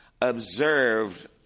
observed